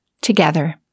together